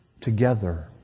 together